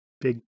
big